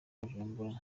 bujumbura